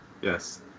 Yes